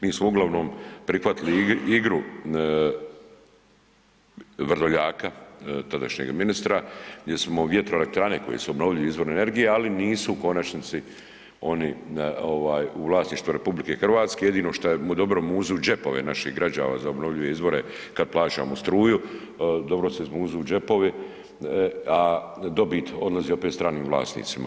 Mi smo uglavnom prihvatili igru Vrdoljaka tadašnjeg ministra gdje smo vjetroelektrane koje su obnovljivi izvori energije, ali nisu u konačnici oni ovaj u vlasništvu RH, jedino šta mu dobro muzu džepove naših građana za obnovljive izvore kad plaćamo struju, dobro se izmuzu džepovi, a dobit odlazi opet stranim vlasnicima.